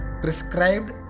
prescribed